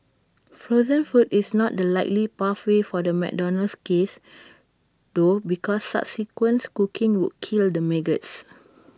frozen food is not the likely pathway for the McDonald's case though because subsequent cooking would kill the maggots